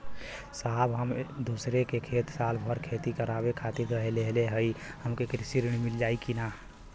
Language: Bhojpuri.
साहब हम दूसरे क खेत साल भर खेती करावे खातिर लेहले हई हमके कृषि ऋण मिल जाई का?